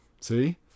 See